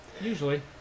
Usually